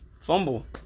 fumble